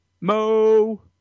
Mo